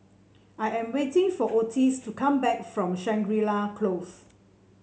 I am waiting for Ottis to come back from Shangri La Close